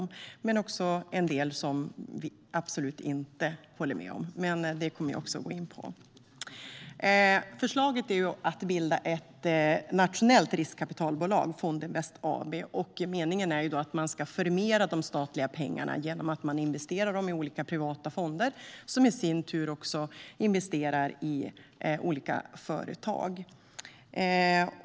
Men det finns också en del som vi absolut inte håller med om, och det kommer jag att gå in på. Förslaget är att bilda ett nationellt riskkapitalbolag, Fondinvest AB. Meningen är att man ska förmera de statliga pengarna genom att investera dem i olika privata fonder som i sin tur investerar i olika företag.